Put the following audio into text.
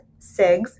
Sigs